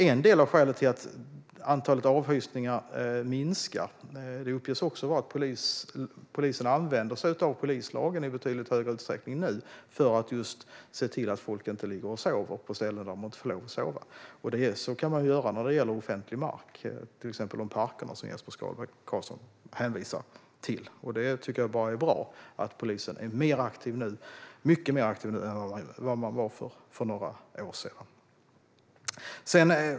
En del av skälet till att antalet avhysningar minskar uppges vara att polisen nu i betydligt högre utsträckning använder sig av polislagen för att se till att folk inte ligger och sover på ställen där de inte får lov att sova. Så kan man göra när det gäller offentlig mark, till exempel parkerna som Jesper Skalberg Karlsson refererar till. Det är bara bra, tycker jag, att polisen är mycket mer aktiv nu än man var för några år sedan.